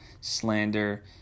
slander